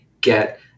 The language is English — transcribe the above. get